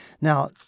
Now